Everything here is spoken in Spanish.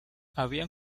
habían